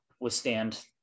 withstand